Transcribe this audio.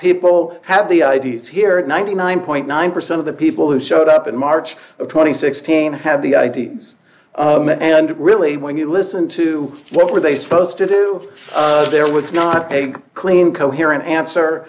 people have the it's here ninety nine point nine percent of the people who showed up in march of twenty six team have the i d s and really when you listen to what were they supposed to do there was not a clean coherent answer